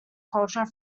culture